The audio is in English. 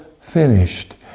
finished